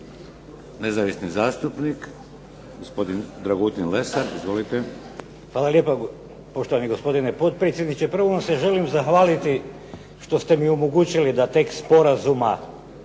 Nezavisni zastupnik, gospodin Dragutin Lesar. Izvolite. **Lesar, Dragutin (Nezavisni)** Hvala lijepa poštovani gospodine potpredsjedniče. Prvo vam se želim zahvaliti što ste mi omogućili da tekst sporazuma